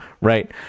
right